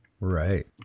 Right